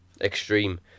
extreme